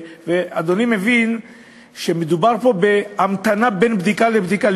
ואדוני מבין שמדובר פה בהמתנה בין בדיקה לבדיקה,